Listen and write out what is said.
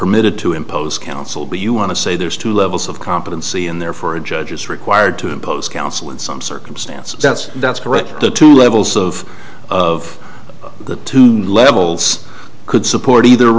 permitted to impose counsel b you want to say there's two levels of competency in there for a judge is required to impose counsel in some circumstances that's that's correct the two levels of of the two levels could support either